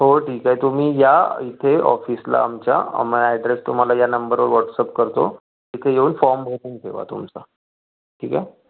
हो ठीक आहे तुम्ही या इथे ऑफिसला आमच्या आम ॲड्रेस तुम्हाला या नंबरवर वॉट्सअप करतो इथे येऊन फॉम भरून ठेवा तुमचा ठीक आहे